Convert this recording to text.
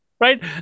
Right